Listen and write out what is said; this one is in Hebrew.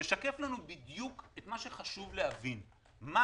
שמשקף לנו בדיוק את מה שחשוב להבין: מה